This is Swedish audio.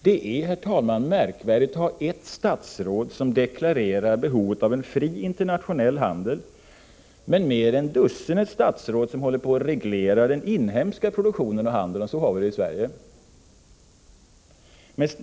Det är, herr talman, märkvärdigt att ha ett statsråd som deklarerar behovet av en fri internationell handel, men mer än dussinet statsråd som håller på och reglerar den inhemska produktionen och handeln. Så har vi det i Sverige.